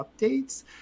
updates